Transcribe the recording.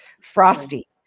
Frosty